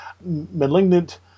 malignant